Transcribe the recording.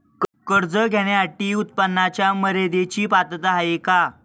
कर्ज घेण्यासाठी उत्पन्नाच्या मर्यदेची पात्रता आहे का?